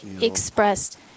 expressed